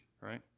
right